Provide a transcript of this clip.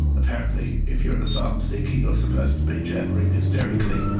apparently if you're an asylum seeker you're supposed to be jabbering hysterically,